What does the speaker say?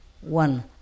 one